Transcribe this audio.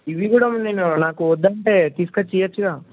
ఇవి కూడా ఉన్నాయి నాకు వద్దంటే తీసుకు వచ్చి ఇవ్వచ్చుగా